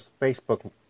Facebook